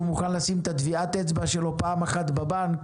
מוכן לשים את טביעת האצבע שלו פעם אחת בבנק